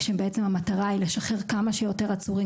כשבעצם המטרה היא לשחרר כמה שיותר עצורים